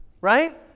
Right